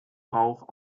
rauch